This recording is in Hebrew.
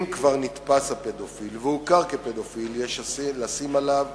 אם כבר נתפס הפדופיל והוכר כפדופיל, יש לשים עליו